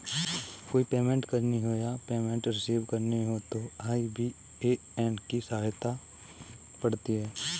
कोई पेमेंट करनी हो या पेमेंट रिसीव करनी हो तो आई.बी.ए.एन की आवश्यकता पड़ती है